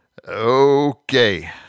Okay